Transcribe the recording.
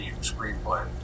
screenplay